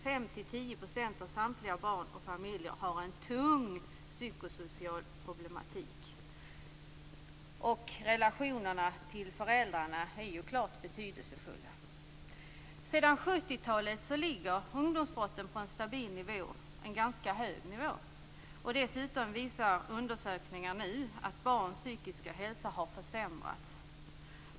5-10 % av samtliga barn och familjer har tunga psykosociala problem. Relationerna till föräldrarna är klart betydelsefulla. Ungdomsbrotten ligger sedan 70-talet på en ganska hög stabil nivå. Dessutom visar undersökningar att barns psykiska hälsa har försämrats.